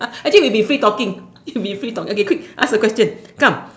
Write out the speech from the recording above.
I think we've been free talking we've been free talk okay quick ask the question come